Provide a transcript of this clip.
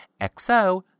XO